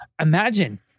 Imagine